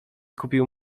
kupił